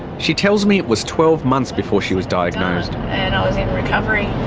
she tells me it was twelve months before she was diagnosed, and i was in recovery